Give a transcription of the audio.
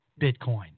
Bitcoin